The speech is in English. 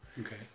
Okay